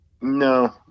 no